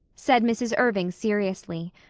said mrs. irving seriously.